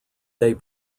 they